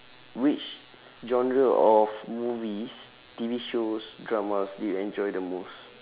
which genre of movies T_V shows dramas do you enjoy the most